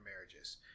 marriages